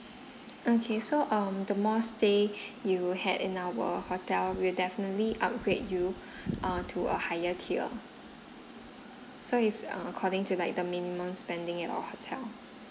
okay so um the more stay you had in our hotel we will definitely upgrade you uh to a higher tier so it's uh according to like the minimum spending at our hotel